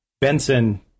Benson